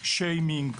שיימינג,